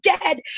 dead